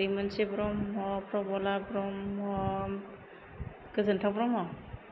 Raimonthi Brahma Prahlad Brahma Gojonthao Brahma